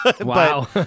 Wow